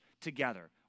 together